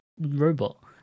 robot